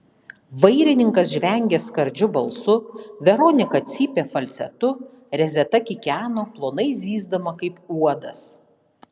vairininkas žvengė skardžiu balsu veronika cypė falcetu rezeta kikeno plonai zyzdama kaip uodas